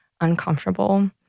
uncomfortable